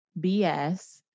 BS